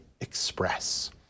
Express